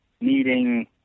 needing